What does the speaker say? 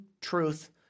truth